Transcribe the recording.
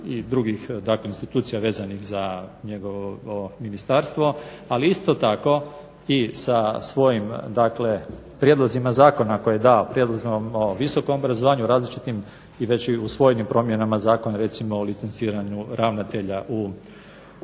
takvih institucija vezanih za njegovo ministarstvo ali isto tako i sa svojim dakle prijedlozima zakona koje je dao prijedlogom o visokom obrazovanju, različitim već i usvojenim promjenama zakona recimo o licenciranju ravnatelja u